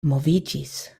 moviĝis